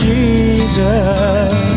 Jesus